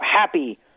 happy